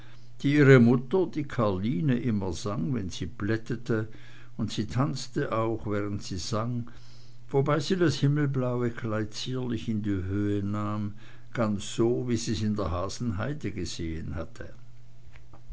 die ihre mutter die karline immer sang wenn sie plättete und sie tanzte auch während sie sang wobei sie das himmelblaue kleid zierlich in die höhe nahm ganz so wie sie s in der hasenheide gesehen hatte